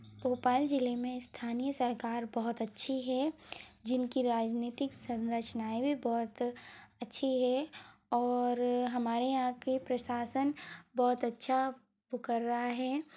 भोपाल ज़ीले में इस्थानीय सरकार बहुत अच्छी है जिनकी राजनैतिक संरचनाएँ भी बहुत अच्छी है और हमारे यहाँ के प्रशासन बहुत अच्छा कर रहा है